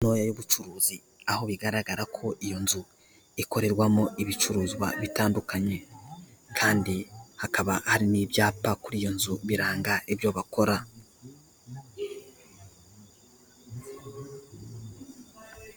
Ntoya y'ubucuruzi. Aho bigaragara ko iyo nzu, ikorerwamo ibicuruzwa bitandukanye. Kandi hakaba hari n'ibyapa kuri iyo nzu, biranga ibyo bakora.